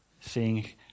seeing